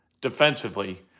defensively